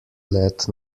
let